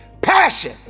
passion